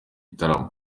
gitaramo